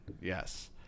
Yes